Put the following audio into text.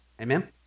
amen